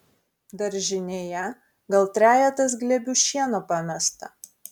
daržinėje gal trejetas glėbių šieno pamesta